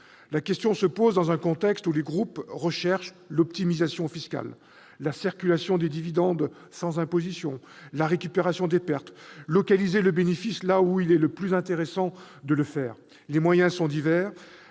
La question se pose dans un contexte où les groupes recherchent l'optimisation fiscale : la circulation des dividendes sans imposition, la récupération des pertes, la localisation des bénéfices là où il est le plus intéressant de le faire ... Les moyens sont divers